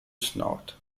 snout